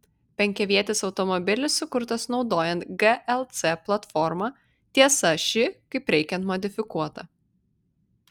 penkiavietis automobilis sukurtas naudojant glc platformą tiesa ši kaip reikiant modifikuota